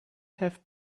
have